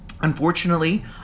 Unfortunately